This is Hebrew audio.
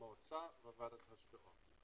המועצה וועדת ההשקעות.